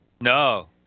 No